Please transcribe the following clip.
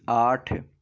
آٹھ